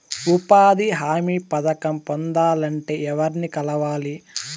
ఉపాధి హామీ పథకం పొందాలంటే ఎవర్ని కలవాలి?